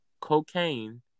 cocaine